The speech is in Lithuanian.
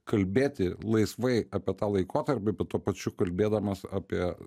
kalbėti laisvai apie tą laikotarpį tuo pačiu kalbėdamas apie